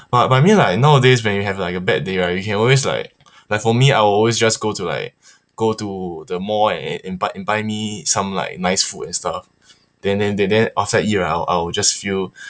but I but I mean like nowadays when you have like a bad day right you can always like like for me I will always just go to like go to to the mall a~ and buy and buy me some like nice food and stuff then then then then after I eat right I will I will just feel